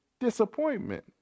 disappointment